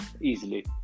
easily